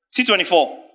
C24